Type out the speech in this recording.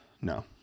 No